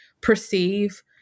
perceive